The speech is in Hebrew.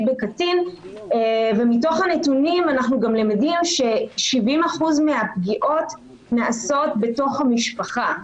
בקטין ומתוך הנתונים אנחנו גם למדים ש-70% מהפגיעות נעשות בתוך המשפחה.